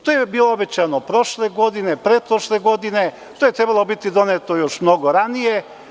To je bilo obećano prošle godine, pretprošle godine, to je trebalo biti doneto još mnogo ranije.